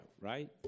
right